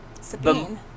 Sabine